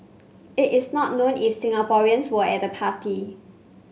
it is not known if Singaporeans were at the party